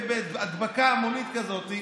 בהדבקה המונית כזאת,